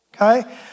okay